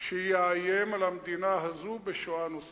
שיאיים על המדינה הזו בשואה נוספת,